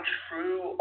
true